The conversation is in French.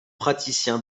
praticien